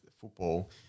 football